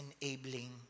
enabling